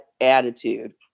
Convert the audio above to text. attitude